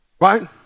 Right